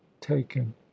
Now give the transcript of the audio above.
taken